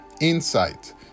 insight